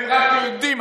הם רק יהודים.